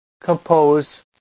compose